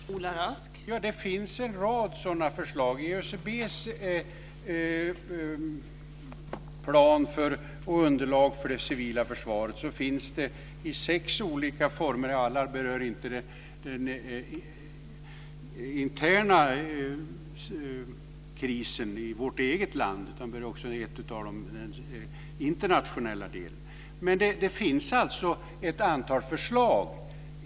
Fru talman! Det finns en rad sådana förslag. I ÖCB:s plan och underlag för det civila försvaret finns det sex olika former. Alla berör inte den interna krisen i vårt eget land, utan den internationella delen. Men det finns alltså ett antal förslag.